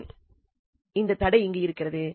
ஏன் இந்த தடை இங்கு இருக்கிறது